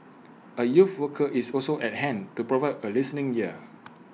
A youth worker is also at hand to provide A listening ear